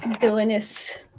villainous